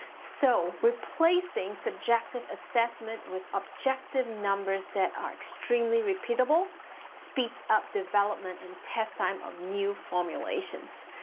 so, replacing subjective assessment with objective numbers that are extremely repeatable speeds up development and test time of new formulations.